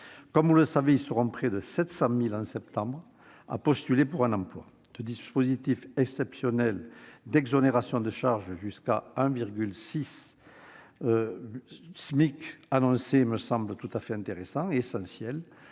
Comme vous le savez, ils seront près de 700 000 en septembre à postuler à un emploi ! Le dispositif exceptionnel d'exonération des charges jusqu'à 1,6 SMIC annoncé me semble tout à fait intéressant et essentiel